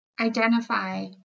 identify